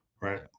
right